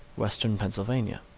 western pennsylvania.